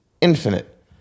infinite